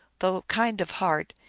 though kind of heart,